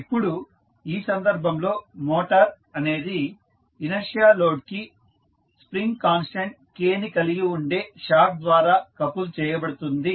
ఇప్పుడు ఈ సందర్భంలో మోటార్ అనేది ఇనర్షియా లోడ్ కి స్ప్రింగ్ కాన్స్టాంట్ K ని కలిగి ఉండే షాఫ్ట్ ద్వారా కపుల్ చేయబడుతుంది